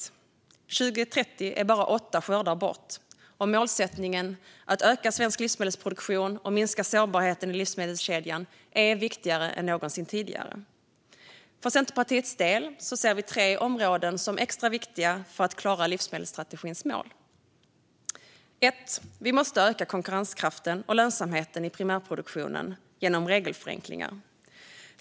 År 2030 är bara åtta skördar bort, och målsättningen att öka svensk livsmedelsproduktion och minska sårbarheten i livsmedelskedjan är viktigare än någonsin tidigare. Centerpartiet ser tre områden som extra viktiga för att vi ska klara livsmedelsstrategins mål. För det första måste vi öka konkurrenskraften och lönsamheten i primärproduktionen genom regelförenklingar.